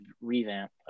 revamp